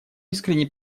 искренне